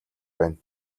байна